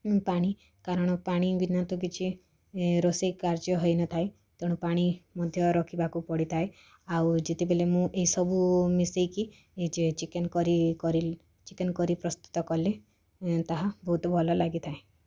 ଉଁ ପାଣି କାରଣ ପାଣି ବିନା ତ କିଛି ଏଁ ରୋଷେଇ କାର୍ଯ୍ୟ ହେଇନଥାଏ ତେଣୁ ପାଣି ମଧ୍ୟ ରଖିବାକୁ ପଡ଼ିଥାଏ ଆଉ ଯେତେବେଳେ ମୁଁ ଏସବୁ ମିଶେଇକି ଏଇ ଯେ ଚିକେନ୍ କରି କରିଲି ଚିକେନ୍ କରି ପ୍ରସ୍ତୁତ କଲେ ଏଁ ତାହା ବହୁତ ଭଲ ଲାଗିଥାଏ